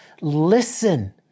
Listen